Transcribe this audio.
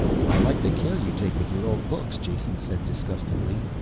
i like the care you take with your old books, jason said disgustedly.